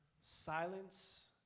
Silence